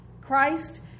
Christ